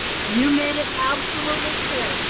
you made it absolutely clear.